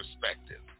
perspective